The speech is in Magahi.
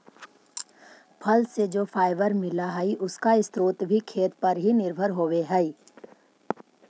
फल से जो फाइबर मिला हई, उसका स्रोत भी खेत पर ही निर्भर होवे हई